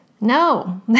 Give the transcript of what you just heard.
No